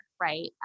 right